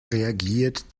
reagiert